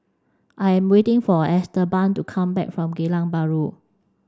I am waiting for Esteban to come back from Geylang Bahru